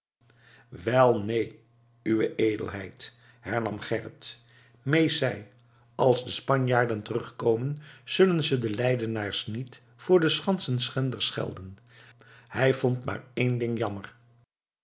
wel neen uwe edelheid hernam gerrit mees zei als de spanjaarden terugkomen zullen ze de leidenaars niet voor schansenschenders schelden hij vond maar één ding jammer